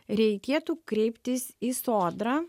reikėtų kreiptis į sodrą